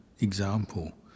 example